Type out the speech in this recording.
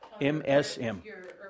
MSM